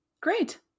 Great